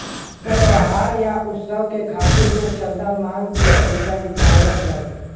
त्योहार या उत्सव के खातिर लोग चंदा मांग के पइसा जुटावलन